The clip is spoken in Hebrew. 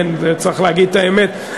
צריך להגיד את האמת,